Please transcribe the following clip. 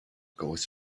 goes